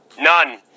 None